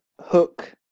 Hook